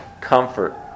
comfort